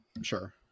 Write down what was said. sure